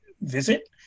visit